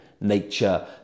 nature